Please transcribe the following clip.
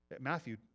Matthew